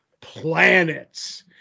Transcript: Planets